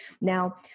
Now